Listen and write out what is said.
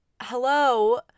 Hello